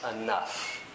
enough